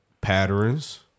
Patterns